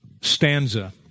stanza